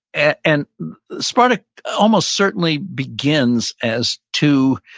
and and sparta almost certainly begins as two